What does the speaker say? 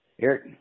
Eric